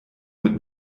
mit